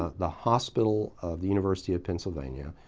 ah the hospital of the university of pennsylvania,